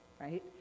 right